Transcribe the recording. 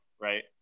Right